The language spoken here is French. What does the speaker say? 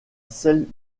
celle